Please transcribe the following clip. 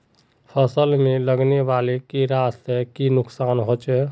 फसल में लगने वाले कीड़े से की नुकसान होचे?